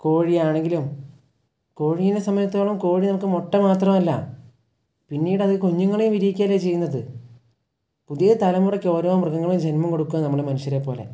കോഴിയാണെങ്കിലും കോഴിയിനെ സംബന്ധിച്ചെടുത്തോളം കോഴി നമുക്ക് മുട്ട മാത്രമല്ല പിന്നീടത് കുഞ്ഞുങ്ങളേയും വിരിയിക്കുകയല്ലേ ചെയ്യുന്നത് പുതിയ തലമുറയ്ക്കോരോ മൃഗങ്ങളും ജന്മം കൊടുക്കുക നമ്മൾ മനുഷ്യരെപ്പോലെ